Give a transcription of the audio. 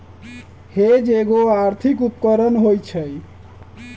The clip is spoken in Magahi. हेज एगो आर्थिक उपकरण होइ छइ